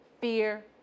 fear